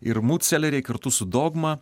ir mūdseleriai kartu su dogma